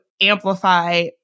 amplify